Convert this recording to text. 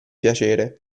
piacere